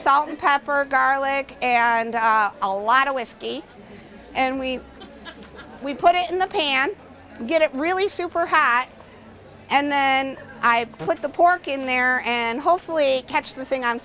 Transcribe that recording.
salt and pepper garlic and a lot of whiskey and we we put it in the pan get it really super high and then i put the pork in there and hopefully catch the thing